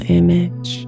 image